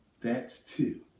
that's two.